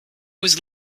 was